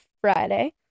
friday